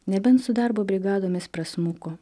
nebent su darbo brigadomis prasmuko